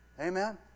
Amen